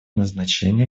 назначение